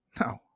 no